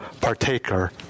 partaker